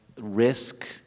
risk